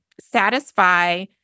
satisfy